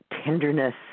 tenderness